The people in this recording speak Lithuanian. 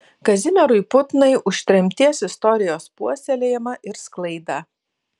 kazimierui putnai už tremties istorijos puoselėjimą ir sklaidą